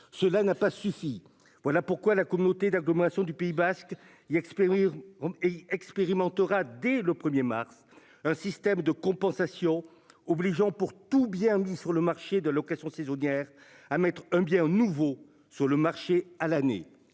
Cela n'a pas suffi. Voilà pourquoi la communauté d'agglomération du Pays basque y'expérimenté et expérimentera dès le 1er mars. Un système de compensation obligeant pour tout bien dit sur le marché de location saisonnière à mettre un bien nouveau sur le marché à l'année.